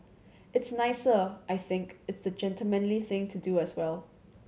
it's nicer I think it's the gentlemanly thing to do as well